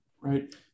right